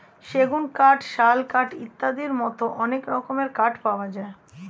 সেগুন কাঠ, শাল কাঠ ইত্যাদির মতো অনেক রকমের কাঠ পাওয়া যায়